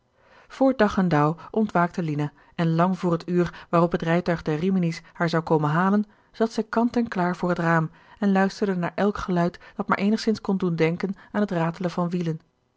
dag en dauw ontwaakte lina en lang voor het uur waarop het rijtuig der rimini's haar zou komen halen zat zij kant en klaar voor het raam en luisterde naar elk geluid dat maar eenigzins kon doen denken aan het ratelen van wielen